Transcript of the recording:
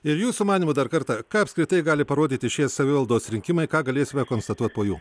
ir jūsų manymu dar kartą ką apskritai gali parodyti šie savivaldos rinkimai ką galėsime konstatuot po jų